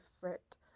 fret